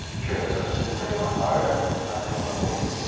truthers i just didn't really, want to know him i didn't, want to believe him